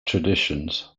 traditions